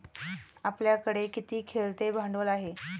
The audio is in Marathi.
आपल्याकडे किती खेळते भांडवल आहे?